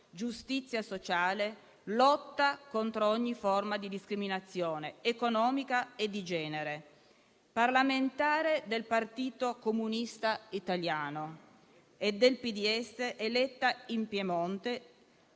giustizia sociale, lotta contro ogni forma di discriminazione, economica e di genere. Parlamentare del Partito Comunista Italiano e del PDS, eletta in Piemonte,